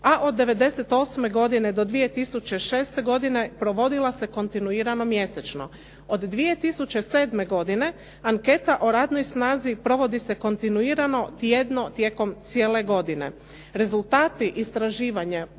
a od '98. godine do 2006. godine provodila se kontinuirano mjesečno. Od 2007. godine anketa o radnoj snazi provodi se kontinuirano, tjedno tijekom cijele godine. Rezultati istraživanja